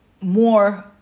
more